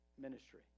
ministry